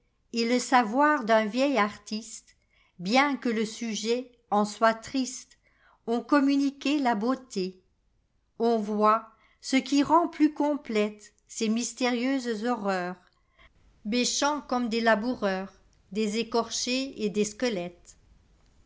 gravitéet le savoir d'un vieil artiste bien que le sujet en soit triste ont communiqué la beauté on voit ce qui rend plus complètesces mystérieuses horreurs bêchant comme des laboureurs des écorchés et des squelettes